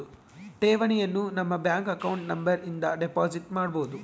ಠೇವಣಿಯನು ನಮ್ಮ bank account number ಇಂದ ಡೆಪೋಸಿಟ್ ಮಾಡ್ಬೊದು